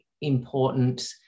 important